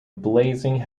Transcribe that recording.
blazing